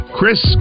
Chris